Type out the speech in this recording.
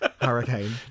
hurricane